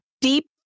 deep